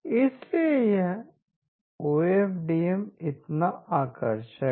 इसलिए यह O F D M इतना आकर्षक है